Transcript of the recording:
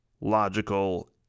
logical